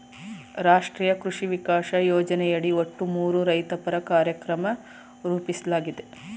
ರಾಷ್ಟ್ರೀಯ ಕೃಷಿ ವಿಕಾಸ ಯೋಜನೆಯಡಿ ಒಟ್ಟು ಮೂರು ರೈತಪರ ಕಾರ್ಯಕ್ರಮನ ರೂಪಿಸ್ಲಾಗಿದೆ